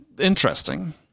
interesting